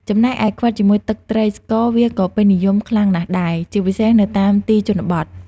ចំណែកឯ ខ្វិតជាមួយទឹកត្រីស្ករវាក៏ពេញនិយមខ្លាំងណស់ដែរ ជាពិសេសនៅតាមទីជនបទ។